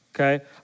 Okay